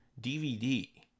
DVD